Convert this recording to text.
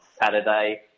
Saturday